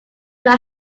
not